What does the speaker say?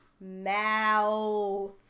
mouth